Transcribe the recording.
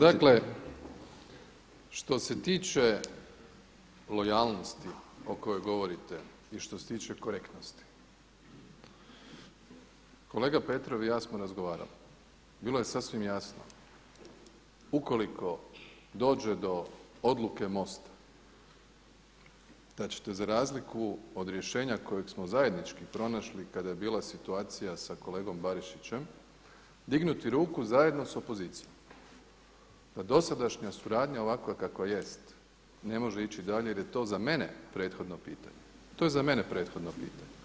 Dakle što se tiče lojalnosti o kojoj govorite i što se tiče korektnosti, kolega Petrov i ja smo razgovarali, bilo je sasvim jasno ukoliko dođe do odluke MOST-a da ćete za razliku od rješenja kojeg smo zajednički pronašli kada je bila situacija sa kolegom Barišićem dignuti ruku zajedno sa opozicijom da dosadašnja suradnja ovakva kakva jest ne može ići dalje jer je to za mene prethodno pitanje, to je za mene prethodno pitanje.